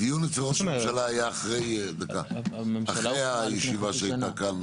הדיון אצל ראש הממשלה היה אחרי הישיבה שהייתה כאן,